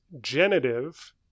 genitive